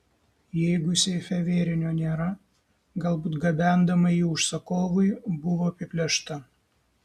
jeigu seife vėrinio nėra galbūt gabendama jį užsakovui buvo apiplėšta